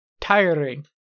Tiring